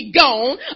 gone